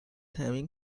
having